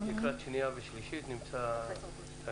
לקראת שנייה ושלישית נמצא ניסוח.